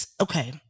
Okay